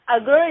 agree